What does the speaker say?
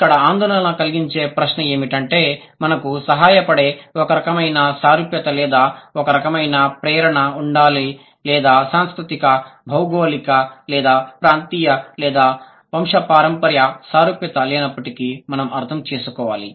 ఇక్కడ ఆందోళన కల్గించే ప్రశ్న ఏమిటంటే మనకు సహాయపడే ఒక రకమైన సారూప్యత లేదా ఒక రకమైన ప్రేరేపణ ఉండాలి లేదా సాంస్కృతిక భౌగోళిక లేదా ప్రాంతీయ లేదా వంశపారంపర్య సారూప్యత లేనప్పటికీ మనం అర్థం చేసుకోవాలి